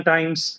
Times